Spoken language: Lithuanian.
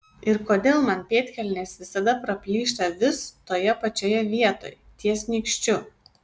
ir kodėl man pėdkelnės visada praplyšta vis toje pačioje vietoj ties nykščiu